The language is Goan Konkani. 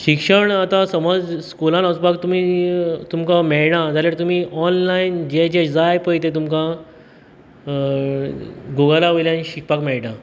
शिक्षण आतां समज स्कुलान वचपाक तुमी अ तुमकां मेळना जाल्यार तुमी ऑन्लायन जे जे जाय पय ते तुमकां अ गुगला वयल्यान शिकपाक मेळटा